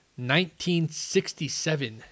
1967